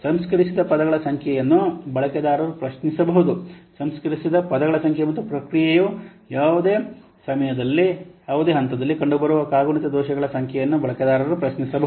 ಸಂಸ್ಕರಿಸಿದ ಪದಗಳ ಸಂಖ್ಯೆಯನ್ನು ಬಳಕೆದಾರರು ಪ್ರಶ್ನಿಸಬಹುದು ಸಂಸ್ಕರಿಸಿದ ಪದಗಳ ಸಂಖ್ಯೆ ಮತ್ತು ಪ್ರಕ್ರಿಯೆಯ ಸಮಯದಲ್ಲಿ ಯಾವುದೇ ಹಂತದಲ್ಲಿ ಕಂಡುಬರುವ ಕಾಗುಣಿತ ದೋಷಗಳ ಸಂಖ್ಯೆಯನ್ನು ಬಳಕೆದಾರರು ಪ್ರಶ್ನಿಸಬಹುದು